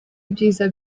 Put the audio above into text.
ibyiza